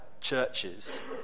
churches